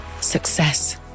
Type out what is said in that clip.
Success